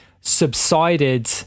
subsided